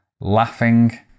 laughing